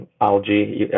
algae